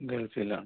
ഗൾഫിലാണ്